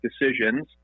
decisions